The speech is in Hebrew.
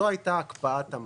זו הייתה הקפאת המצב.